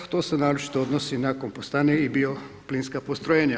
To se naročito odnosi na kompostane i bio plinska postrojenja.